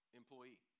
employee